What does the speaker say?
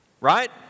right